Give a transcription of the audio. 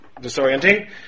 disorienting